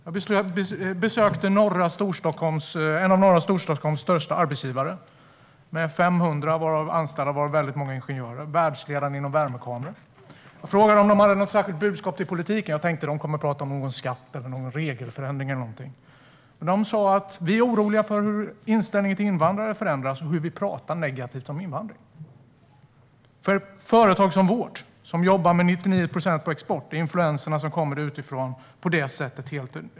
Jag besökte en av norra Storstockholms största arbetsgivare. De har 500 anställda, varav många ingenjörer, och är världsledande inom värmekameror. Jag frågade om de har något särskilt budskap till politikerna och tänkte att de skulle prata om skatt, regelförenkling eller något annat. Men de sa: Vi är oroliga för hur inställningen till invandrare förändras och att man pratar negativt om invandring. För ett företag som vårt, som jobbar med 99 procent på export, är de influenser som kommer utifrån helt nödvändiga.